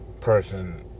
person